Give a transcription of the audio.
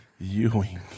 Ewing